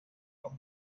hop